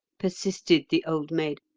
persisted the old maid,